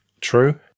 true